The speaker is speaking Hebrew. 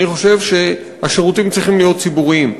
אני חושב שהשירותים צריכים להיות ציבוריים.